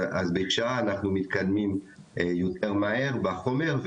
אז בשעה אנחנו מתקדמים יותר מהר בחומר,